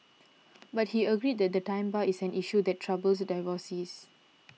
but he agreed that the time bar is an issue that troubles divorcees